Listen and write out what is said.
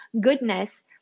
goodness